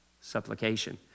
supplication